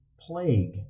plague